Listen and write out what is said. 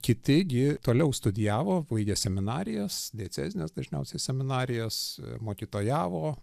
kiti gi toliau studijavo baigė seminarijas diecezines dažniausiai seminarijas mokytojavo